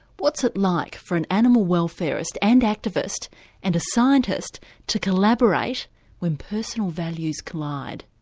what's it like for an animal welfarist and activist and a scientist to collaborate when personal values collide?